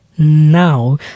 Now